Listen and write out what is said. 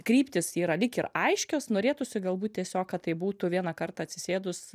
kryptys yra lyg ir aiškios norėtųsi galbūt tiesiog kad tai būtų vieną kartą atsisėdus